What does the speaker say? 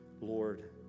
Lord